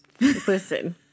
listen